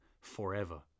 forever